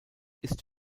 ist